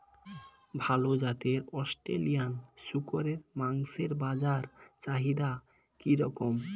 ভাল জাতের অস্ট্রেলিয়ান শূকরের মাংসের বাজার চাহিদা কি রকম?